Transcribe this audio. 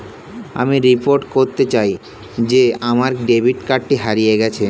আমি রিপোর্ট করতে চাই যে আমার ডেবিট কার্ডটি হারিয়ে গেছে